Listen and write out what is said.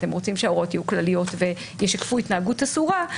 ואתם רוצים שההוראות יהיו כלליות וישקפו התנהגות אסורה.